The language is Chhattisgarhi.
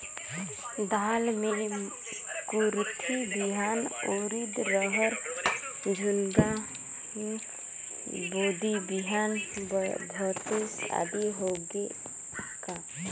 दाल मे कुरथी बिहान, उरीद, रहर, झुनगा, बोदी बिहान भटेस आदि होगे का?